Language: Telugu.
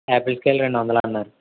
యాపిల్స్ కాయలు రెండొందలన్నారు